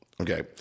Okay